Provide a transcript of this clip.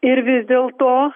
ir vis dėlto